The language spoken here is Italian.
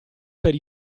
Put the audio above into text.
per